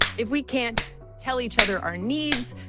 if we can't tell each other our needs,